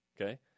okay